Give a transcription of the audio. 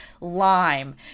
lime